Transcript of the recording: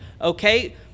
okay